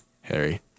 Harry